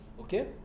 okay